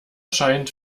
scheint